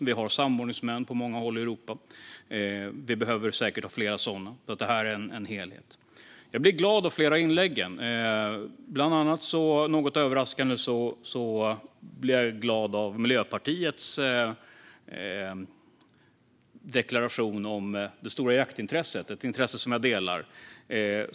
Det finns samordningsmän på många håll i Europa, men det behövs säkert fler. Jag blir glad av flera av inläggen, bland annat något överraskande av Miljöpartiets deklaration om det stora jaktintresset. Det är ett intresse som jag delar.